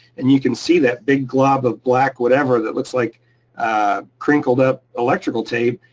and you can see that big glob of black whatever that looks like crinkled up electrical tape.